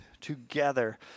together